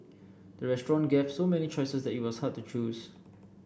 the restaurant gave so many choices that it was hard to choose